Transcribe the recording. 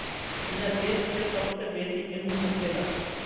इहा देश के सबसे बेसी गेहूं होखेला